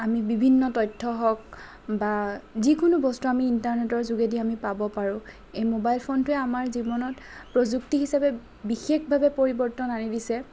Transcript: আমি বিভিন্ন তথ্য হওক বা যিকোনো বস্তু আমি ইণ্টাৰনেটৰ যোগেদি আমি পাব পাৰোঁ এই ম'বাইল ফোনটোৱে আমাৰ জীৱনত প্ৰযুক্তি হিচাপে বিশেষভাৱে পৰিৱৰ্তন আনি দিছে